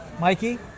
Mikey